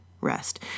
rest